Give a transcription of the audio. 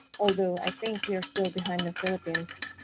although, i think we are still behind the philippines.